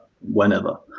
whenever